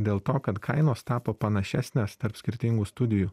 dėl to kad kainos tapo panašesnės tarp skirtingų studijų